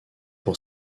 pour